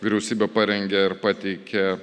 vyriausybė parengė ir pateikė